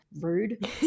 rude